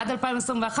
עד שנת 2021,